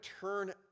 turn